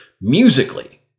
musically